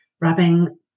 rubbing